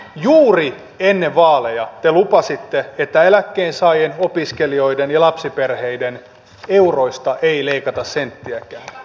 juuri ennen vaaleja te lupasitte että eläkkeensaajien opiskelijoiden ja lapsiperheiden euroista ei leikata senttiäkään